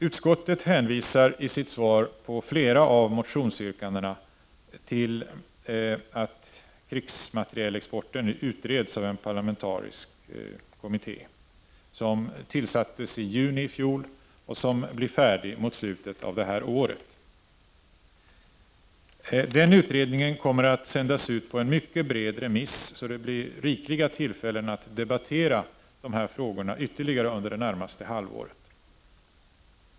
Utskottet hänvisar i svaren på flera av motionsyrkandena till att frågan om krigsmaterielexporten nu utreds av en parlamentarisk kommitté. Denna tillsattes i juni i fjol och blir färdig mot slutet av detta år. Denna utrednings betänkande kommer att sändas ut på en mycket omfattande remiss, så det kommer att finnas rikliga tillfällen att ytterligare debattera dessa frågor under det närmaste halvåret.